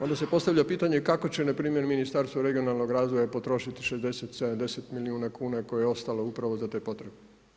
Onda se postavlja pitanje kako će npr. Ministarstvo regionalnog razvoja potrošiti 60, 70 milijuna kuna koje je ostalo upravo za te potrebe.